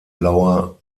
blauer